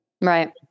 Right